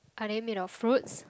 are they made of fruits